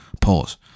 Pause